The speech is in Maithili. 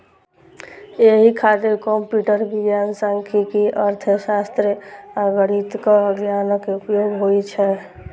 एहि खातिर कंप्यूटर विज्ञान, सांख्यिकी, अर्थशास्त्र आ गणितक ज्ञानक उपयोग होइ छै